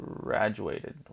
graduated